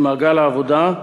ממעגל העבודה,